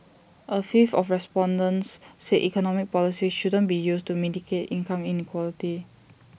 A fifth of respondents said economic policies shouldn't be used to mitigate income inequality